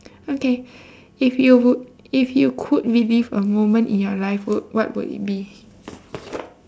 okay if you would if you could relive a moment in your life what would it be